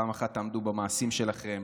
פעם אחת תעמדו במעשים שלכם,